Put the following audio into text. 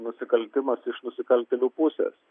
nusikaltimas iš nusikaltėlių pusės